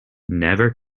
never